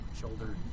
shoulder